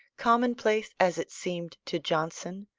commonplace as it seemed to johnson,